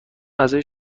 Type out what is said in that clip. غذایی